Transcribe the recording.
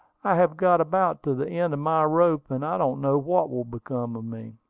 i have got about to the end of my rope and i don't know what will become of me.